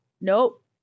nope